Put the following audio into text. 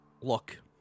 look